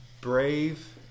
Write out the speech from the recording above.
brave